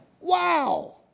Wow